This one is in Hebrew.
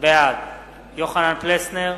בעד יוחנן פלסנר,